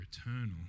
eternal